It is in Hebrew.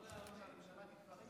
שהממשלה תתפרק,